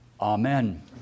Amen